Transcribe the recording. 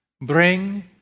bring